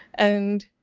and,